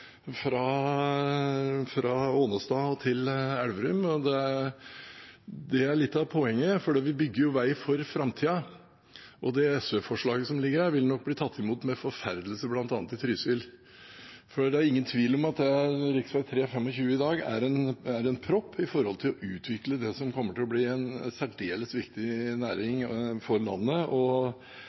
fra Ånestad til Elverum. Det er litt av poenget. Vi bygger jo vei for framtida, og det SV-forslaget som ligger her, vil nok bli tatt imot med forferdelse bl.a. i Trysil, for det er ingen tvil om at rv. 3/rv. 25 i dag er en propp opp mot å utvikle det som kommer til å bli en særdeles viktig næring for landet,